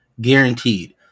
guaranteed